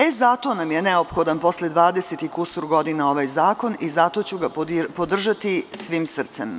E zato nam je neophodan posle dvadeset i kusur godina ovaj zakon i zato ću ga podržati svim srcem.